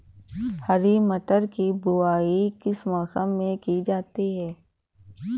हरी मटर की बुवाई किस मौसम में की जाती है?